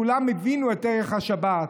כולם הבינו את ערך השבת.